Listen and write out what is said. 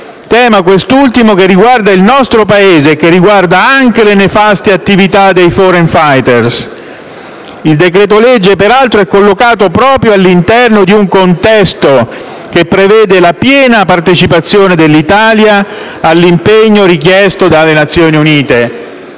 tema quest'ultimo che riguarda il nostro Paese e le nefaste attività dei *foreign fighter*. Il decreto-legge, peraltro, è collocato proprio all'interno di un contesto che prevede la piena partecipazione dell'Italia all'impegno richiesto dalle Nazioni Unite.